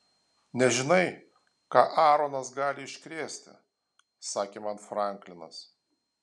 nežinai ką aaronas gali iškrėsti sakė man franklinas